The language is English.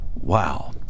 Wow